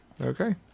Okay